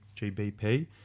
GBP